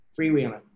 Freewheeling